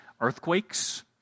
earthquakes